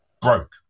broke